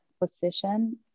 position